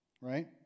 Right